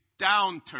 downturn